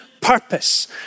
purpose